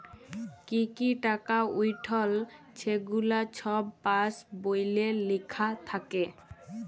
কি কি টাকা উইঠল ছেগুলা ছব পাস্ বইলে লিখ্যা থ্যাকে